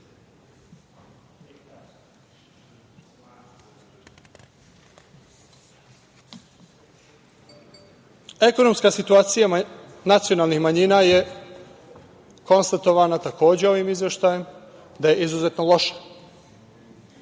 država. Ekonomska situacija nacionalnih manjina je konstatovana takođe ovim izveštajem, da je izuzetno loša.